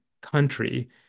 country